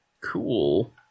Cool